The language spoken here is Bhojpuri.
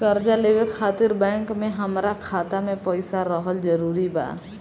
कर्जा लेवे खातिर बैंक मे हमरा खाता मे पईसा रहल जरूरी बा?